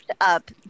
up